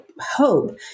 hope